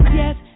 yes